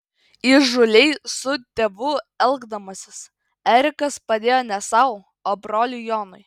įžūliai su tėvu elgdamasis erikas padėjo ne sau o broliui jonui